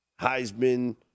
Heisman